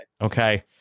okay